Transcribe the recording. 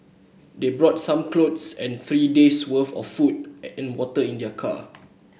they brought some clothes and three days worth of food and water in their car